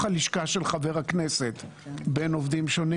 הלשכה של חבר הכנסת בין עובדים שונים